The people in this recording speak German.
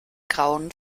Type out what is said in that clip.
grauen